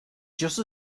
just